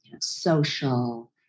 social